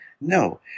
No